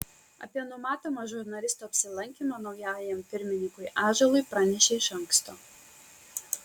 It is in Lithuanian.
apie numatomą žurnalisto apsilankymą naujajam pirmininkui ąžuolui pranešė iš anksto